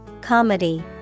Comedy